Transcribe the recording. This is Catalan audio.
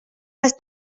les